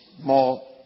More